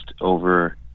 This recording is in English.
over